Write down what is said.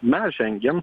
mes žengėm